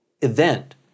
Event